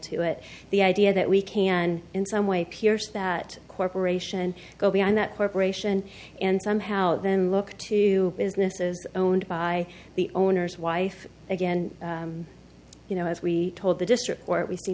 to it the idea that we can in some way pierce that corporation go beyond that corporation and somehow then look to businesses owned by the owner's wife again you know as we told the district court we see